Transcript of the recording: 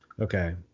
Okay